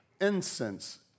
incense